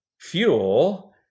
fuel